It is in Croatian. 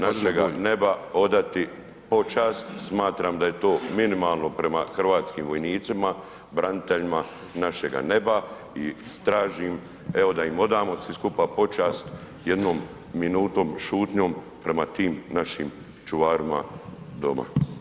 Našega neba, odati počast, smatram da je to minimalno prema hrvatskim vojnicima, braniteljima našega neba i tražim evo da im odamo svi skupa počast jednom minutom šutnjom prema tim našim čuvarima doma.